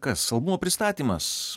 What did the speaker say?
kas kažkas albumo pristatymas